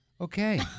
Okay